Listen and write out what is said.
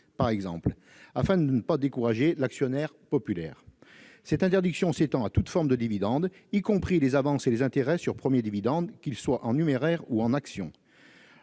par exemple, afin de ne pas décourager l'actionnariat populaire. Cette interdiction s'étend à toute forme de dividende, y compris les avances et les intérêts sur premier dividende, qu'ils soient en numéraire ou en actions.